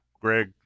Greg